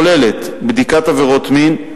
הכוללת בדיקת עבירות מין,